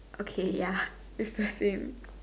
okay ya its the same